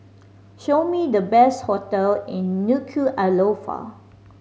show me the best hotel in Nuku'alofa